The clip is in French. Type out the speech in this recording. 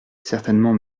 certainement